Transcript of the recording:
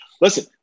Listen